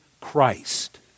Christ